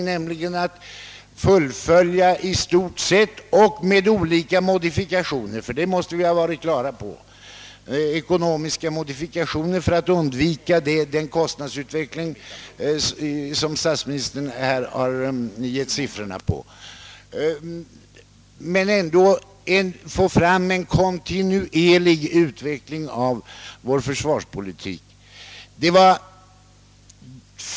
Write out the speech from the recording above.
Försvarsutredningen skul le — för att undvika den kostnadsutveckling som statsministern här givit siffrorna på — med olika ekonomiska modifikationer i stort sett fullfölja sitt arbete. Den hade gjort till sin uppgift att fortsätta en kontinuerlig utveckling av vår försvarspolitik.